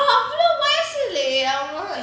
but அவ்ளோ வயசில்லையே:avlo vayasillayae why is he like